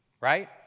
right